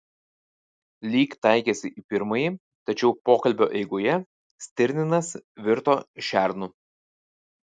lyg taikėsi į pirmąjį tačiau pokalbio eigoje stirninas virto šernu